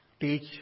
teach